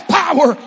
power